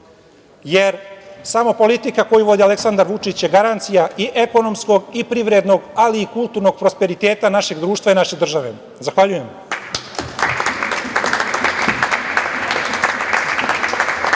jer samo politika koju vodi Aleksandar Vučić je garancija i ekonomskog i privrednog, ali i kulturnog prosperiteta našeg društva i naše države. Zahvaljujem.